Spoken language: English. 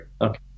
Okay